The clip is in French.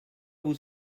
vous